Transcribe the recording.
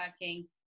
working